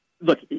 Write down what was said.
Look